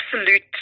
absolute